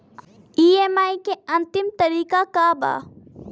EMI के अंतिम तारीख का बा?